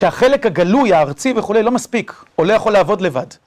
את החלק הגלוי, הארצי וכולי, לא מספיק. הוא לא יכול לעבוד לבד.